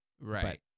Right